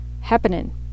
happening